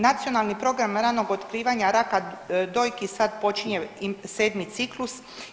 Nacionalni program ranog otkrivanja raka dojki sad počinje sedmi ciklus.